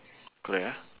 correct ah